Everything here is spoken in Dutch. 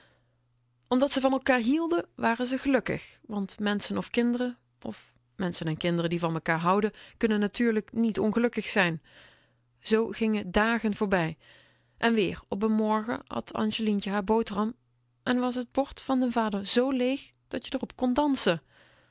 omdat ze van elkaar hielden waren ze gelukkig want menschen of kinderen of menschen en kinderen die van mekaar houden kunnen natuurlijk niet ongelukkig zijn zoo gingen dagen voorbij en weer op n morgen at angelientje haar boterham en was t bord van vader zoo leeg dat je r op kon dansen